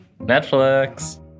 Netflix